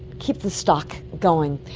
keep the stock going.